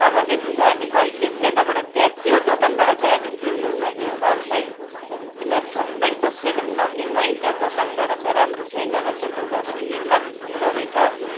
अबदेखि चाहिँ हामी कहिल्यै पनि त्यताबाट त्यहाँ त्यो दोकानबाट चाहिँ हामी किन्दौन त्यो सल चाहिँ तिमीहरू सबै कसैले पनि नकिन्नु है त्यो दोकानबाट चाहिँ राम्रो छैन रहेछ लुगा पनि घिनलाग्दो रहेछ